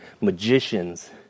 magicians